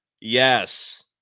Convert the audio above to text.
Yes